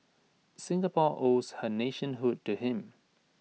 Singapore owes her nationhood to him